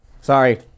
Sorry